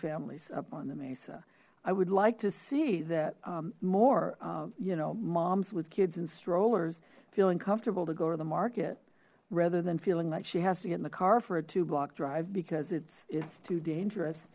families up on the mesa i would like to see that more you know moms with kids and strollers feeling comfortable to go to the market rather than feeling like she has to get in the car for a two block drive because it's it's too dangerous